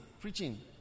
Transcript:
preaching